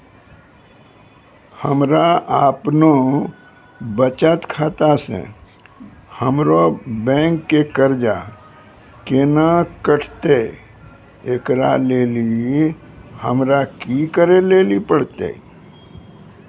हमरा आपनौ बचत खाता से हमरौ बैंक के कर्जा केना कटतै ऐकरा लेली हमरा कि करै लेली परतै?